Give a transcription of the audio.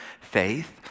faith